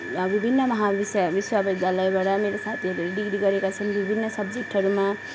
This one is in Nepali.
विभिन्न महा विस विश्वविद्यालयबाट मेरो साथीहरूले डिग्री गरेका छन् विभिन्न सब्जेक्टहरूमा